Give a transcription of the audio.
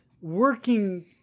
working